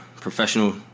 professional